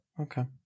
Okay